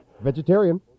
Vegetarian